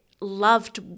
loved